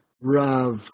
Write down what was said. Rav